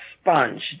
sponge